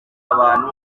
abantu